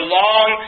long